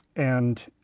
and